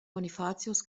bonifatius